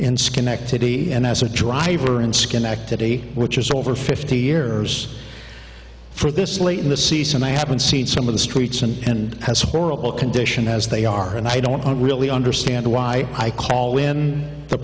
in schenectady and as a driver in schenectady which is over fifty years for this late in the season i haven't seen some of the streets and as horrible condition as they are and i don't really understand why i call in t